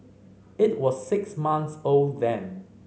it was six months old then